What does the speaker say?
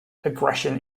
aggression